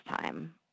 time